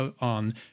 on